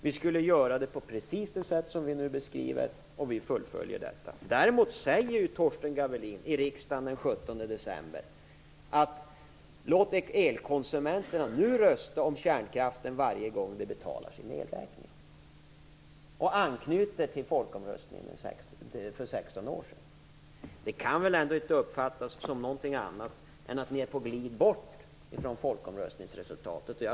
Vi skulle göra det på precis det sätt som vi nu beskriver, och vi fullföljer detta. Däremot sade ju Torsten Gavelin i riksdagen den 17 december: Låt elkonsumenterna nu rösta om kärnkraften varje gång de betalar sin elräkning. Han anknyter till folkomröstningen för 16 år sedan. Det kan väl ändå inte uppfattas som någonting annat än att ni är på glid bort från folkomröstningsresultatet?